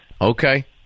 Okay